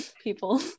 people